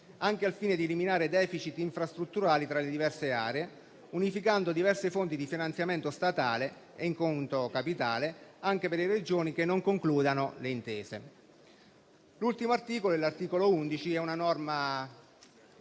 anche al fine di eliminare *deficit* infrastrutturali tra le diverse aree, unificando diverse fonti di finanziamento statale e in conto capitale anche per le Regioni che non concludano le intese. L'articolo 11, infine, è una norma